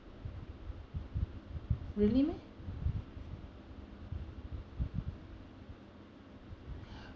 really meh